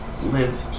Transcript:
live